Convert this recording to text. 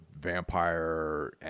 vampire